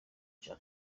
cya